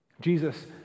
Jesus